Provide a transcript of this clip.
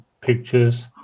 pictures